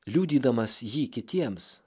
liudydamas jį kitiems